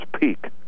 peak